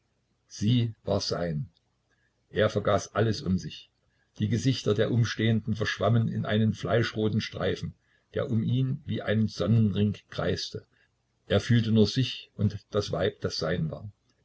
sie war sein er vergaß alles um sich die gesichter der umstehenden verschwammen in einen fleischroten streifen der um ihn wie ein sonnenring kreiste er fühlte nur sich und das weib das sein war